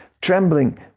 trembling